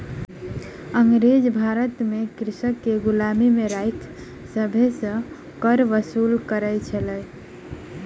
अँगरेज भारत में कृषक के गुलामी में राइख सभ सॅ कर वसूल करै छल